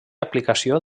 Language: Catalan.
aplicació